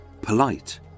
polite